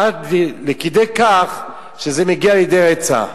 עד כדי כך שזה מגיע לידי רצח.